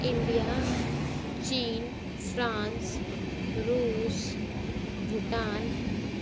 India China France Russia Bhutan